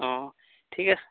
অঁ ঠিক আছে